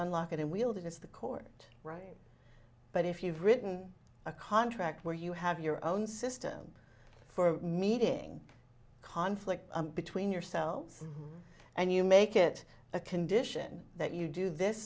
unlock it and wield it is the court right but if you've written a contract where you have your own system for meeting conflict between yourselves and you make it a condition that you do this